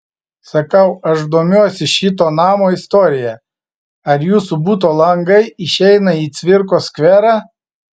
sakau aš domiuosi šito namo istorija ar jūsų buto langai išeina į cvirkos skverą